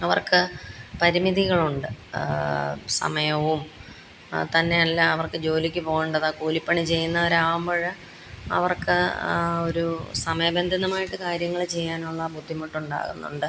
അവർക്ക് പരിമിതികളുണ്ട് സമയവും തന്നെയല്ല അവർക്ക് ജോലിക്ക് പോകേണ്ടതാ കൂലിപ്പണി ചെയ്യുന്നവരാകുമ്പോള് അവർക്ക് ആ ഒരു സമയബന്ധിതമായിട്ട് കാര്യങ്ങള് ചെയ്യാനുള്ള ബുദ്ധിമുട്ടുണ്ടാകുന്നുണ്ട്